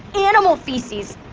animal feces!